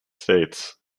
states